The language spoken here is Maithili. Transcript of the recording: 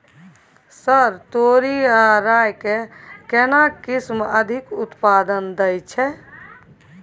सर तोरी आ राई के केना किस्म अधिक उत्पादन दैय छैय?